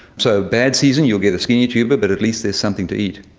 so a bad season you will get a skinny tuber, but at least there's something to eat.